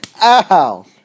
Ow